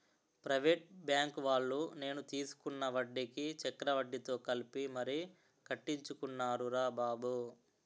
private బాంకువాళ్ళు నేను తీసుకున్న వడ్డీకి చక్రవడ్డీతో కలిపి మరీ కట్టించుకున్నారురా బాబు